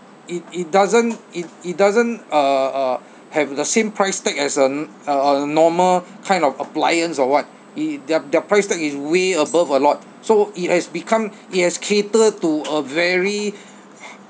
it it doesn't it it doesn't uh uh have the same price tag as a a a normal kind of appliance or what i~ their their price tag is way above a lot so it has become it has cater to a very